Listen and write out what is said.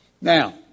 Now